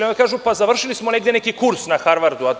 Oni kažu – završili smo negde neki kurs na Harvardu.